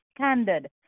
standard